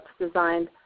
designed